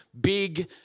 big